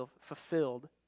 fulfilled